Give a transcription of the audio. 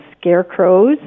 scarecrows